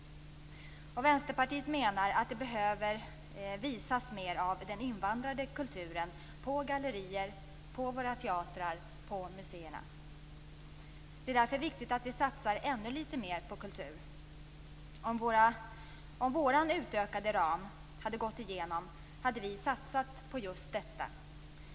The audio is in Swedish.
Vänsterpartiet menar att det behöver visas mer av den invandrade kulturen på gallerier, teatrar och museerna. Det är därför viktigt att vi satsar ännu litet mer på kultur. Om vår utökade ram hade gått igenom hade vi satsat på just detta.